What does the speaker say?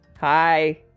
Hi